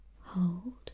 hold